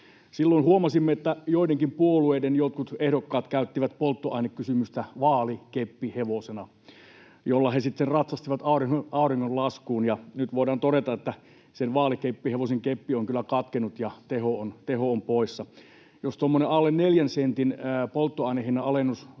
Silloin huomasimme, että joidenkin puolueiden jotkut ehdokkaat käyttivät polttoainekysymystä vaalikeppihevosena, jolla he sitten ratsastivat auringonlaskuun, ja nyt voidaan todeta, että sen vaalikeppihevosen keppi on kyllä katkennut ja teho on poissa. Jos tuommoinen alle neljän sentin polttoainehinnan alennus